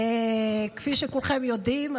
כפי שכולכם יודעים,